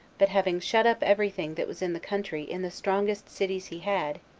but having shut up every thing that was in the country in the strongest cities he had,